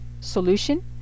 solution